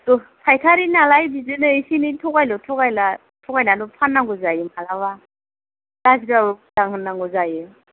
फायखारि नालाय बिदिनो एसे एनै थगायलु थगायला थगायनानैबो फाननांगौबो जायो मालाबा मालाबा गाज्रिबाबो मोजां होननांगौ जायो